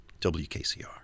WKCR